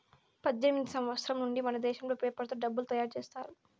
పద్దెనిమిదివ సంవచ్చరం నుండి మనదేశంలో పేపర్ తో డబ్బులు తయారు చేశారు